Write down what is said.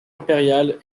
impériale